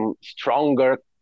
stronger